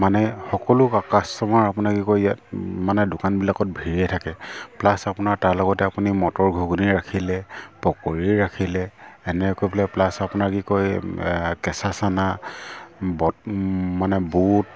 মানে সকলো কা কাষ্টমাৰ আপোনাৰ কি কয় ইয়াত মানে দোকানবিলাকত ভিৰে থাকে প্লাছ আপোনাৰ তাৰ লগতে আপুনি মটৰ ঘুগুনি ৰাখিলে পকৰি ৰাখিলে এনেকৈ কৰি পেলাই প্লাছ আপোনাৰ কি কয় কেঁচা চানা বদ মানে বুট